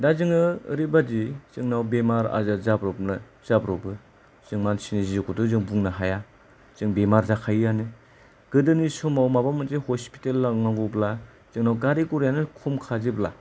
दा जोङो ओरैबादि जोंनाव बेमार आजार जाब्रबनो जाब्रबो जों मानसिनि जिउखौथ' जों बुंनो हाया जों बेमार जाखायोयानो गोदोनि समाव माबा मोनसे हस्पिटेल लांनांगौब्ला जोंनाव गारि गरायानो खमखा जेब्ला